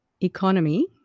economy